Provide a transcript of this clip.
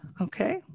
Okay